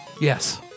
Yes